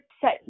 set